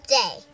day